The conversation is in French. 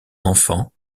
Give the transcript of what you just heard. enfant